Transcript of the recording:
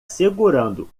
segurando